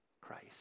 Christ